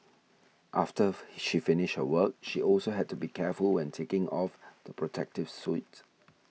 after she finished her work she also had to be careful when taking off the protective suit